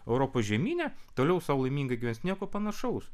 europos žemyne toliau sau laimingai gyvens nieko panašaus